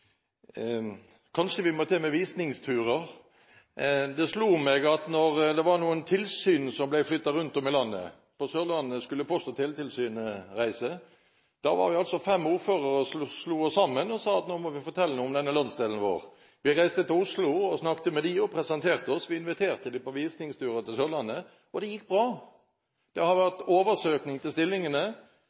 Kanskje vi må til med visningsturer. Det var noe som slo meg: Da det var noen tilsyn som ble flyttet rundt om i landet – til Sørlandet skulle Post- og teletilsynet reise – var vi altså fem ordførere som slo oss sammen, og sa at nå må vi fortelle noe om landsdelen vår. Vi reiste til Oslo, snakket med dem og presenterte oss. Vi inviterte dem på visningsturer til Sørlandet, og det gikk bra. Det har vært oversøkning til stillingene,